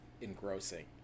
engrossing